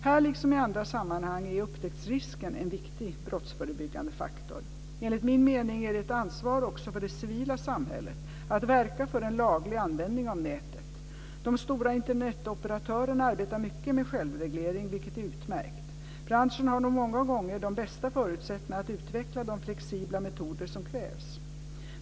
Här liksom i andra sammanhang är upptäcktsrisken en viktig brottsförebyggande faktor. Enligt min mening är det ett ansvar också för det civila samhället att verka för en laglig användning av nätet. De stora Internetoperatörerna arbetar mycket med självreglering, vilket är utmärkt. Branschen har nog många gånger de bästa förutsättningarna att utveckla de flexibla metoder som krävs.